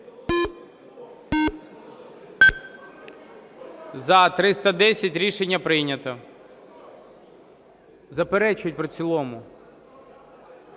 За-310 Рішення прийнято. Заперечують про в цілому.